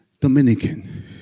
Dominican